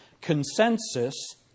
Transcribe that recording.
Consensus